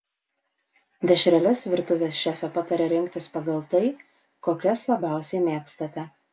dešreles virtuvės šefė pataria rinktis pagal tai kokias labiausiai mėgstate